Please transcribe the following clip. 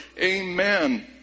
Amen